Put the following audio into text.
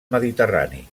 mediterrani